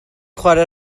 chwarae